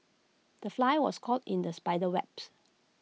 the fly was caught in the spider's webs